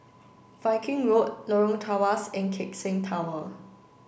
Viking Road Lorong Tawas and Keck Seng Tower